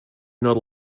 not